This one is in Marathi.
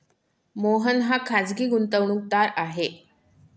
मोहन हा खाजगी गुंतवणूकदार आहे